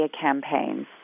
campaigns